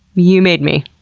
you made me.